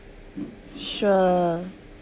sure